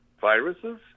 viruses